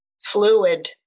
fluid